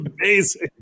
amazing